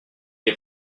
est